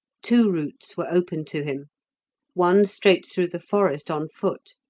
two routes were open to him one straight through the forest on foot,